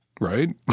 Right